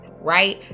right